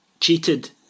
cheated